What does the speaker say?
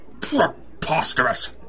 Preposterous